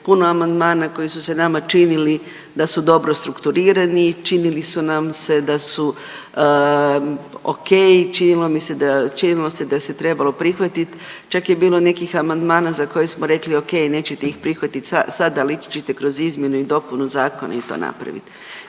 puno amandmana koji su se nama činili da su dobro strukturirani, činili su nam se da su ok, činilo mi se da, činilo se da se trebalo prihvatit. Čak je bilo nekih amandmana za koje smo rekli ok nećete ih prihvatiti sada ali ići ćete kroz izmjenu i dopunu zakona i to napraviti.